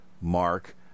mark